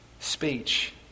Speech